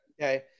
Okay